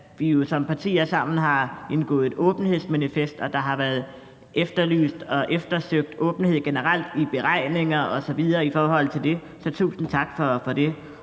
jo som partier sammen har indgået et åbenhedsmanifest, og der har været efterlyst og eftersøgt åbenhed generelt i beregninger osv. i forhold til det. Så tusind tak for det,